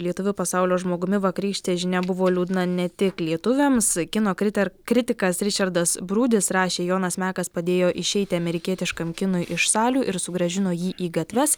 lietuviu pasaulio žmogumi vakarykštė žinia buvo liūdna ne tik lietuviams kino kriter kritikas ričardas brūdis rašė jonas mekas padėjo išeiti amerikietiškam kinui iš salių ir sugrąžino jį į gatves